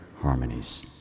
harmonies